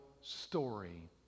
story